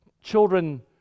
children